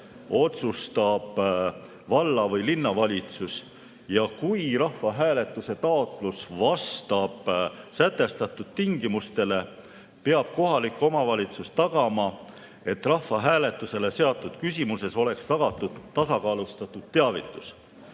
otsustab valla‑ või linnavalitsus. Kui rahvahääletuse taotlus vastab sätestatud tingimustele, peab kohalik omavalitsus tagama, et rahvahääletusele seatud küsimuses oleks tagatud tasakaalustatud teavitus.